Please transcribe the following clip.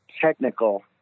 technical